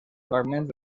fragments